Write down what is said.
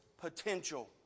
potential